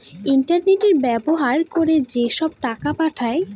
internet ব্যবহার করে যেসব টাকা পাঠায়